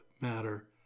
matter